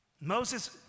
Moses